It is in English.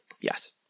yes